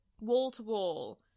wall-to-wall